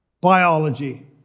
biology